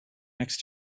next